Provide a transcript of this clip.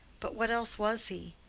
but what else was he?